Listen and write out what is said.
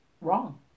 wrong